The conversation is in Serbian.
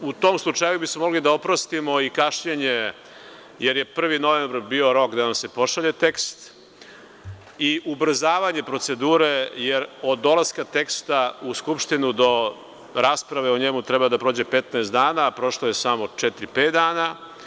U tom slučaju bismo mogli da oprostimo i kašnjenje, jer je 1. novembar bio rok da se pošalje tekst i ubrzavanje procedure, jer od dolaska teksta u Skupštinu, do rasprave o njemu, treba da prođe 15 dana, a prošlo je samo četiri, pet dana.